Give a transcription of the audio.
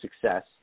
success